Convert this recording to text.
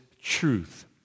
truth